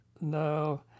No